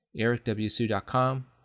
ericwsu.com